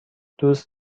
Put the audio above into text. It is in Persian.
دوست